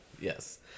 Yes